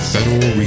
Federal